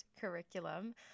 curriculum